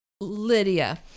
Lydia